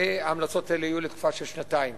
וההמלצות האלה יהיו לתקופה של שנתיים.